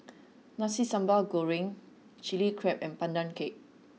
nasi sambal goreng chilli crab and pandan cake